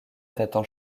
t’attend